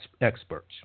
experts